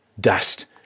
dust